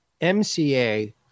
MCA